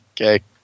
Okay